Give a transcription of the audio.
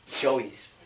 Joey's